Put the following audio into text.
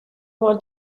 want